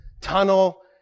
tunnel